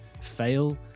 fail